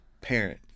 parent